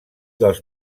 dels